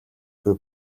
буй